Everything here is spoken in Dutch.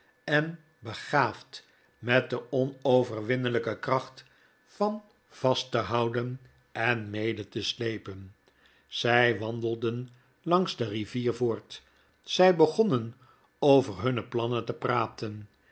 en begaafd met de onoverwinneljjke kracht van vast te houden en mede te slepen zjj wandelden langs de rivier voort zjj begonnen over hunne plannen te praten